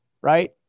right